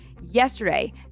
Yesterday